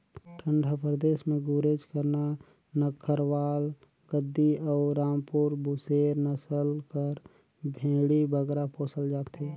ठंडा परदेस में गुरेज, करना, नक्खरवाल, गद्दी अउ रामपुर बुसेर नसल कर भेंड़ी बगरा पोसल जाथे